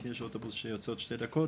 כי יש אוטובוס שיוצא עוד שתי דקות,